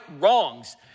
wrongs